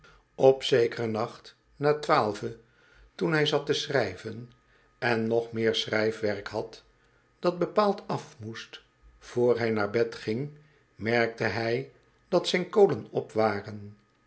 op zekeren nacht na twaalven toen hij zat te schrijven en nog meer schrijfwerk had dat bepaald af moest vr hij naar bed ging merkte hij dat zijn kolen op waren